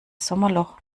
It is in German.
sommerloch